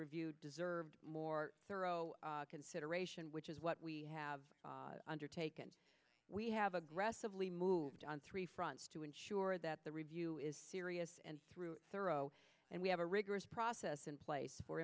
reviewed deserved more thorough consideration which is what we have undertaken we have aggressively moved on three fronts to ensure that the review is serious and through thorough and we have a rigorous process in place for